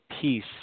peace